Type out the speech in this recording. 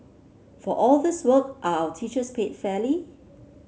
for all this work are our teachers paid fairly